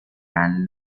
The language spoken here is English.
and